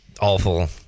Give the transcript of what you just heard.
awful